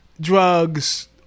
drugs